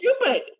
stupid